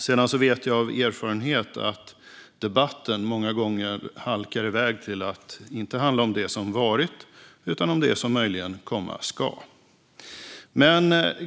Jag vet av erfarenhet att debatten många gånger halkar iväg till att inte handla om det som varit utan om det som möjligen komma skall.